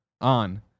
on